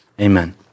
Amen